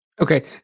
Okay